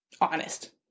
honest